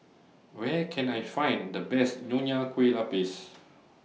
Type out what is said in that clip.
Where Can I Find The Best Nonya Kueh Lapis